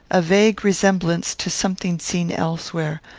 a vague resemblance to something seen elsewhere,